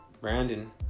Brandon